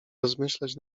rozmyślać